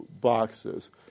boxes